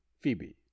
phoebe